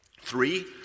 Three